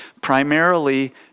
Primarily